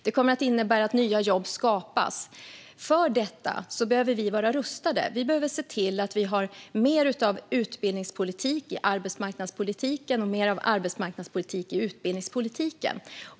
Det kommer att innebära att nya jobb skapas, och vi behöver vara rustade för det. Därför behöver vi ha mer utbildningspolitik i arbetsmarknadspolitiken och mer arbetsmarknadspolitik i utbildningspolitiken.